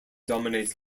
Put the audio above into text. dominates